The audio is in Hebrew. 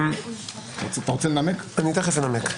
חודש טוב,